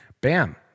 bam